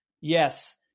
Yes